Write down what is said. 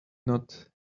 not